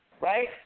Right